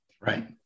Right